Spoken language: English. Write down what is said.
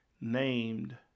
named